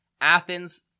Athens